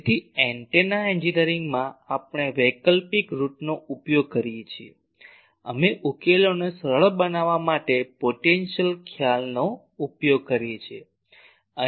તેથી એન્ટેના એન્જિનિયરિંગમાં આપણે વૈકલ્પિક રૂટનો ઉપયોગ કરીએ છીએ અમે ઉકેલોને સરળ બનાવવા માટે પોટેન્શિયલ ખ્યાલનો ઉપયોગ કરીએ છીએ